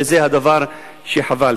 וזה הדבר שחבל.